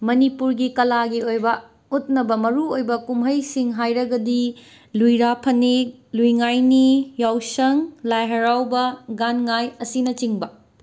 ꯃꯅꯤꯄꯨꯔꯒꯤ ꯀꯂꯥꯒꯤ ꯑꯣꯏꯕ ꯎꯠꯅꯕ ꯃꯔꯨ ꯑꯣꯏꯕ ꯀꯨꯝꯍꯩꯁꯤꯡ ꯍꯥꯏꯔꯒꯗꯤ ꯂꯨꯏꯔꯥ ꯐꯅꯦꯛ ꯂꯨꯏ ꯉꯥꯏꯅꯤ ꯌꯥꯎꯁꯪ ꯂꯥꯏ ꯍꯔꯥꯎꯕ ꯒꯥꯟ ꯉꯥꯏ ꯑꯁꯤꯅꯆꯤꯡꯕ